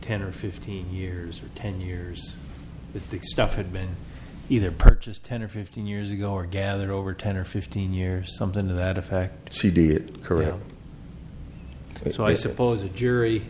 ten or fifteen years or ten years the stuff had been either purchased ten or fifteen years ago or gathered over ten or fifteen years something to that effect she did it career so i suppose a jury